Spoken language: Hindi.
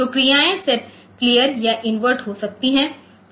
तो क्रियाएँ सेट क्लियरया इन्वर्ट हो सकती है